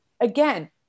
Again